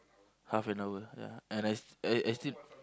half an hour ya and I I I still